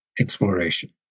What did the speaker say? exploration